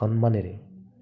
সন্মানেৰে